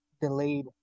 delayed